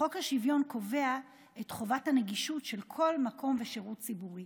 חוק השוויון קובע את חובת הנגישות של כל מקום ושירות ציבורי,